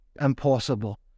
impossible